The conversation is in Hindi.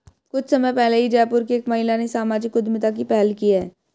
कुछ समय पहले ही जयपुर की एक महिला ने सामाजिक उद्यमिता की पहल की है